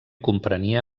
comprenia